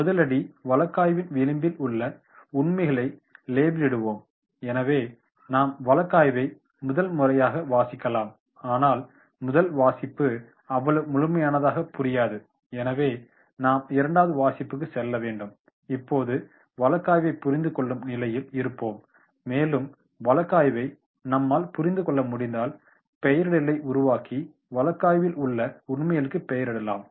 முதலடி வழக்காய்வின் விளிம்பில் உள்ள உண்மைகளை லேபிளிடுவோம் எனவே நாம் வழக்காய்வை முதல் முறையாக வாசிக்கலாம் ஆனால் முதல் வாசிப்பு அவ்வளவு முழுமையயாக புரியாது எனவே நாம் இரண்டாவது வாசிப்புக்குச் செல்ல வேண்டும் இப்போது வழக்காய்வைப் புரிந்துகொள்ளும் நிலையில் இருப்போம் மேலும் வழக்காய்வைப் நம்மால் புரிந்து கொள்ள முடிந்தால் பெயரிடலை உருவாக்கி வழக்காய்வில் உள்ள உண்மைகளுக்கு பெயரிடலாம்